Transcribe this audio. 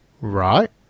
Right